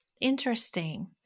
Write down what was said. Interesting